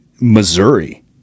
Missouri